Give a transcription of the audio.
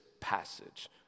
passage